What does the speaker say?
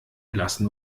lassen